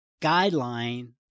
guideline